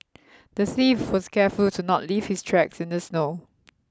the thief was careful to not leave his tracks in the snow